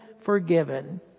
forgiven